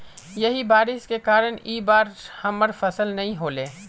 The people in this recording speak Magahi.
यही बारिश के कारण इ बार हमर फसल नय होले?